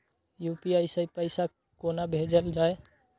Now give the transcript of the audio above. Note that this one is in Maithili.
यू.पी.आई सै पैसा कोना भैजल जाय?